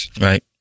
Right